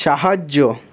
সাহায্য